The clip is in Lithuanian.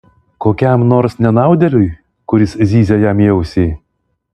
kokiam nors nenaudėliui kuris zyzia jam į ausį